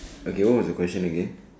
okay what is your question again